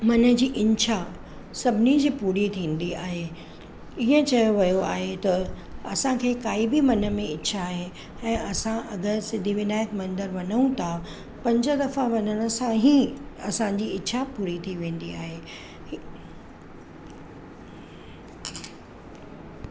मन जी इच्छा सभिनी जी पूरी थींदी आहे ईअं चयो वियो आहे त असांखे काई बि मन में इच्छा आहे ऐं असां अगरि सिद्धिविनायक मंदरु वञू था पंज दफ़ा वञण सां ई असांजी इच्छा पूरी थी वेंदी आहे